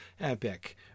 epic